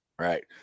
Right